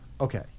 Okay